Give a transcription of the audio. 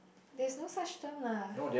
there is no such term lah